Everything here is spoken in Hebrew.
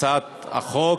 הצעת החוק.